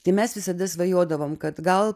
tai mes visada svajodavom kad gal